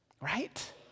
Right